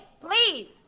please